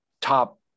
top